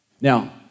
Now